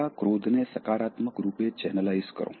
તમારા ક્રોધને સકારાત્મક રૂપે ચેનલાઇઝ કરો